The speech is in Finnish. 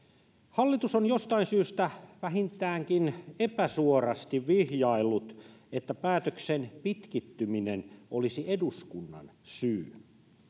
hallitus on jostain syystä vähintäänkin epäsuorasti vihjaillut että päätöksen pitkittyminen olisi eduskunnan syy